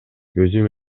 өзүм